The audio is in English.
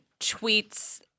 tweets